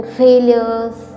failures